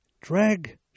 drag